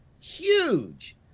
huge